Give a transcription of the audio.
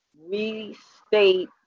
restate